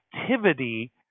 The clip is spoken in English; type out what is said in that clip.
activity